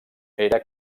era